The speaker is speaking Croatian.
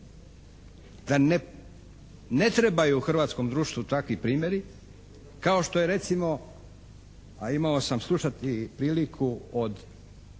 da ne trebaju hrvatskom društvu takvi primjeri, kao što je recimo, a imao sam slušati priliku od